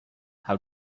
how